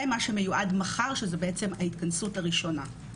זה מה שמיועד מחר, שזה בעצם ההתכנסות הראשונה.